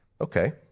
Okay